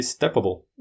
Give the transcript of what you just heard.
steppable